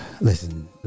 Listen